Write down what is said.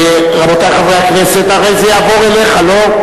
רבותי חברי הכנסת, הרי זה יעבור אליך, לא?